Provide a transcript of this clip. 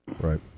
Right